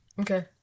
Okay